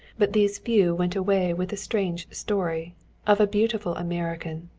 but these few went away with a strange story of a beautiful american,